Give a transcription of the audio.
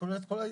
בכל מקרה,